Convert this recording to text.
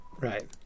Right